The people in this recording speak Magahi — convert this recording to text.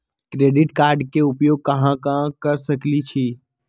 क्रेडिट कार्ड के उपयोग कहां कहां कर सकईछी?